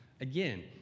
Again